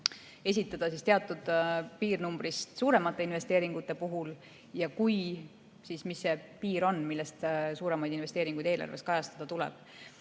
kui tegu on teatud piirnumbrist suuremate investeeringutega? Ja kui, siis mis see piir on, millest suuremad investeeringud eelarves kajastada tuleb?